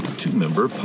two-member